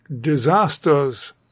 disasters